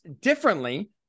differently